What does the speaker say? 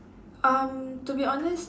um to be honest